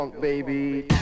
Baby